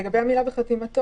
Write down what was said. לגבי המילה "בחתימתו".